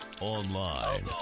online